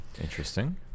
Interesting